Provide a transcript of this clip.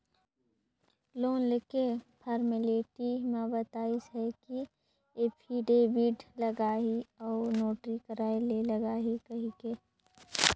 loan लेके formality म बताइस हे कि एफीडेबिड लागही अउ नोटरी कराय ले लागही कहिके